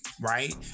Right